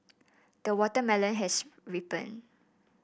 the watermelon has ripened